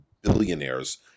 billionaires